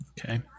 Okay